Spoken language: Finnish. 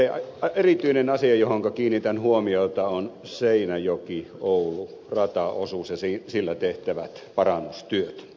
ja se erityinen asia johonka kiinnitän huomiota on seinäjokioulu rataosuus ja siellä tehtävät parannustyöt